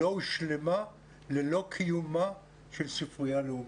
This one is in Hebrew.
לא הושלמה ללא קיומה של ספרייה לאומית.